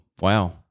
Wow